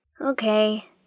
Okay